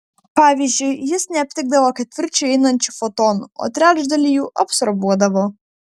pavyzdžiui jis neaptikdavo ketvirčio įeinančių fotonų o trečdalį jų absorbuodavo